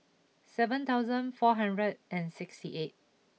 seven thousand four hundred and sixty eight